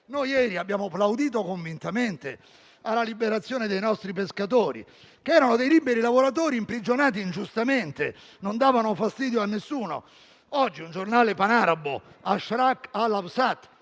Noi ieri abbiamo applaudito, convintamente, alla liberazione dei nostri pescatori, che erano dei liberi lavoratori imprigionati ingiustamente e che non davano fastidio a nessuno. Ancora oggi, l'agenzia